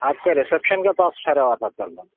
آپ کے رسیپشن کے پاس ٹھہرا ہُوا تھا کل میں